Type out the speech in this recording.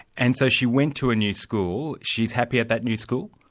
and so she went to a new school she's happy at that new school?